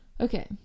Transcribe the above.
Okay